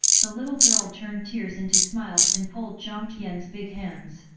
the little girl turned tears into smiles and pulled jiang tian's big hands.